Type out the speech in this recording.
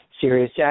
serious